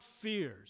fears